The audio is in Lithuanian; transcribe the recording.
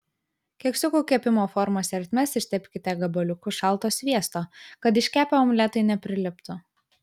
keksiukų kepimo formos ertmes ištepkite gabaliuku šalto sviesto kad iškepę omletai nepriliptų